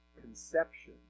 conception